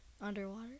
Underwater